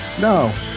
no